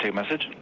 ah message?